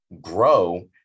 grow